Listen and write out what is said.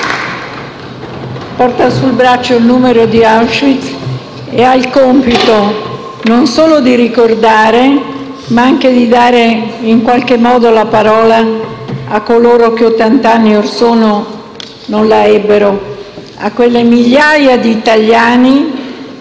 ...porta sul braccio il numero di Auschwitz e ha il compito non solo di ricordare, ma anche di dare, in qualche modo, la parola a coloro che ottant'anni orsono non la ebbero; a quelle migliaia di italiani,